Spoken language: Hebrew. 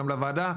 גם לוועדה.